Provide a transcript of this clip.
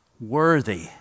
worthy